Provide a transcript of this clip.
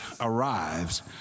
arrives